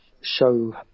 show